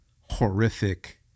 horrific